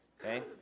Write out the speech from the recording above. okay